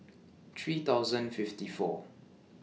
three thousand fifty four